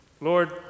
Lord